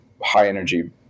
high-energy